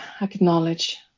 acknowledge